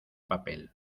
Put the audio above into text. papel